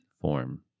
Form